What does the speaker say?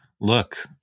Look